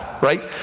right